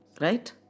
right